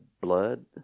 blood